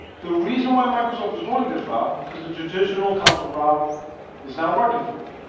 the reason why microsoft is going this route because the traditional counsel route is not working for them.